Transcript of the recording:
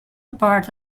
part